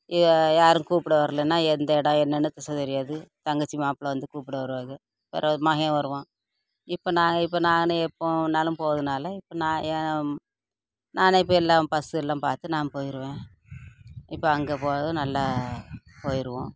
யாரும் கூப்பிட வரலைன்னா எந்த இடம் என்னன்னு ஃபஸ்ட்டு தெரியாது தங்கச்சி மாப்பிள வந்து கூப்பிட வருவாக பிறவு மகன் வருவான் இப்போ நானு இப்போ நானே எப்போ வேணாலும் போகிறதுனால இப்போ நான் நானே இப்போ பஸ்ஸு எல்லாம் பார்த்து நானே போயிடுவேன் இப்போ அங்கே போகிறதும் நல்லா போயிடுவோம்